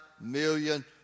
million